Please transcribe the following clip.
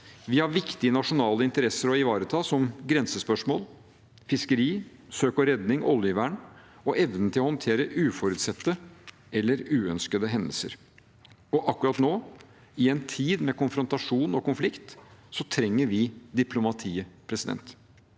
Vi har viktige nasjonale interesser å ivareta, som grensespørsmål, fiskeri, søk og redning, oljevern og evnen til å håndtere uforutsette eller uønskede hendelser, og akkurat nå – i en tid med konfrontasjon og konflikt – trenger vi diplomatiet.